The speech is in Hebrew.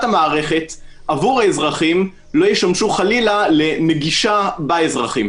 המערכת עבור האזרחים לא ישמשו חלילה לנגישה באזרחים.